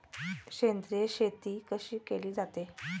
सेंद्रिय शेती कशी केली जाते?